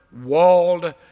walled